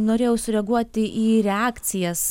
norėjau sureaguoti į reakcijas